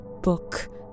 book